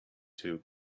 two